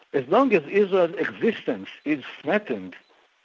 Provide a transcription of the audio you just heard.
as long as israel's existence is threatened,